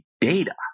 data